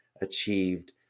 achieved